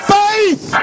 faith